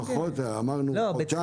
אמרנו חודשיים.